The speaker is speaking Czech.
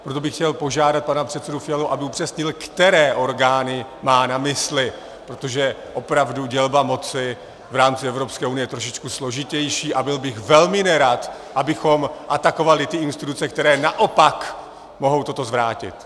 Proto bych chtěl požádat pana předsedu Fialu, aby upřesnil, které orgány má na mysli, protože opravdu dělba moci v rámci Evropské unie je trošičku složitější a byl bych velmi nerad, abychom atakovali ty instituce, které naopak mohou toto zvrátit.